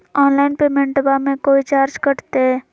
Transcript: Online पेमेंटबां मे कोइ चार्ज कटते?